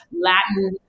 Latin